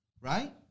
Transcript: Right